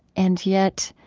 and yet,